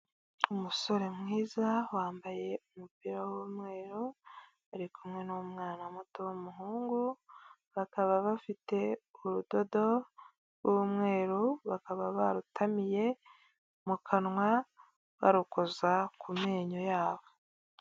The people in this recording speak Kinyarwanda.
Umusore mwiza wambaye umupira w'umweru bari kumwe n'umwana muto w'umuhungu bakaba bafite urudodo rw'umweru bakaba barutamiye mu kanwa barukoza ku menyo yabo.